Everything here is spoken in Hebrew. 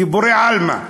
דיבורים בעלמא,